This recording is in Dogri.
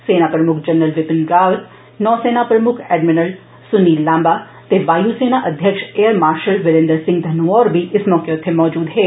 सेना प्रमुक्ख जनरल बिपिन रावत नौसेना प्रमुक्ख एडमिरल सुनील लाम्बा तेवायु सेना अध्यक्ष एयर मार्षल विरेन्द्र सिंह धनोआ होर बी इस मौके उत्थें मजूद हे